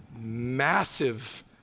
massive